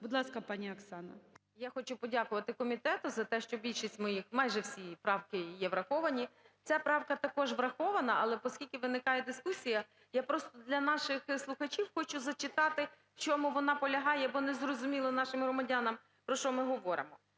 БІЛОЗІР О.В. Я хочу подякувати комітету за те, що більшість моїх, майже всі правки є враховані. Ця правка також врахована, але поскільки виникає дискусія, я просто для наших слухачів хочу зачитати, в чому вона полягає, бо незрозуміло нашим громадянам, про що ми говоримо.